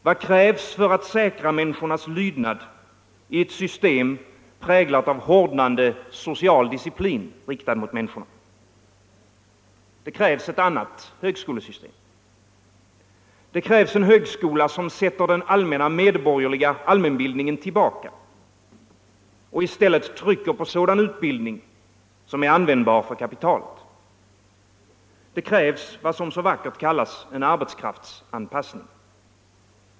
Vad krävs för att säkra människornas lydnad i ett system präglat av hårdnande social disciplin riktad mot människorna? Det krävs ett annat högskolesystem. Det krävs en högskola, som sätter den medborgerliga allmänbildningen tillbaka och i stället trycker på sådan utbildning som är användbar för kapitalet. Det krävs vad som så vackert kallas en arbetskraftsanpassning.